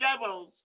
devil's